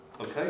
Okay